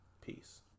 Peace